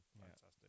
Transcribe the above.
Fantastic